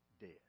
dead